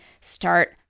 start